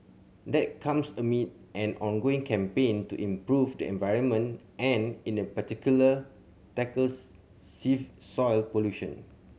that comes amid an ongoing campaign to improve the environment and in the particular tackles save soil pollution